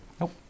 Nope